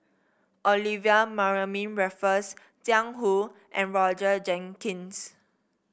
Olivia Mariamne Raffles Jiang Hu and Roger Jenkins